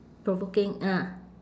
provoking ah